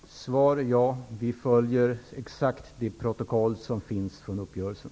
Fru talman! Svar: ja. Vi följer exakt det protokoll som finns från uppgörelsen.